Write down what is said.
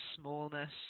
smallness